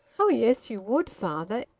oh yes, you would, father!